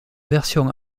version